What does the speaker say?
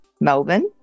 Melbourne